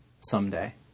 someday